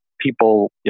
People